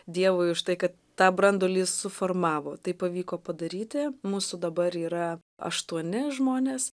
dievui už tai kad tą branduolį suformavo tai pavyko padaryti mūsų dabar yra aštuoni žmonės